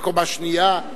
בקומה שנייה,